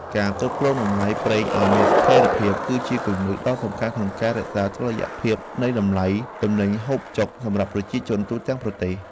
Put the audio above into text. ការគ្រប់គ្រងតម្លៃប្រេងឱ្យមានស្ថិរភាព គឺជាគន្លឹះដ៏សំខាន់ក្នុងការរក្សាតុល្យភាពនៃតម្លៃទំនិញហូបចុកសម្រាប់ប្រជាជនទូទាំងប្រទេស។